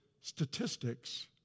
statistics